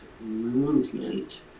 movement